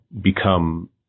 become